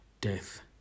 death